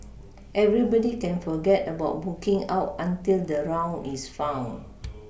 everybody can forget about booking out until the round is found